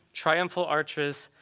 triumphal arches,